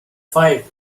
five